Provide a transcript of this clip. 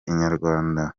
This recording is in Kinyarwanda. inyarwanda